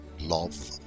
love